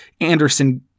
Anderson